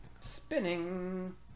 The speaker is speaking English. Spinning